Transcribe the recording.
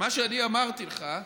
מה שאני אמרתי לך,